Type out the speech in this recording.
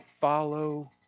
follow